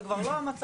זו כבר לא המטרה,